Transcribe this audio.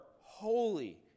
holy